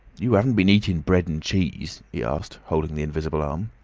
you aven't been eatin bread and cheese? he asked, holding the invisible arm.